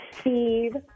Steve